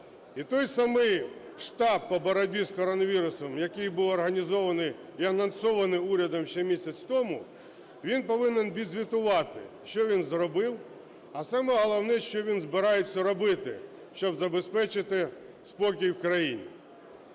І той самий штаб по боротьбі з коронавірусом, який був організований і анонсований урядом ще місяць тому, він повинен відзвітувати, що він зробив, а саме головне, що він збирається робити, щоб забезпечити спокій в країні.